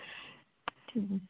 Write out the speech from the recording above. ঠিক আছে